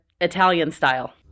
Italian-style